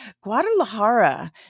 guadalajara